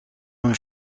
een